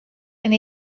and